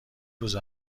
روز